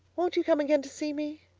won't you come again to see me?